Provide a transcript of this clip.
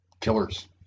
killers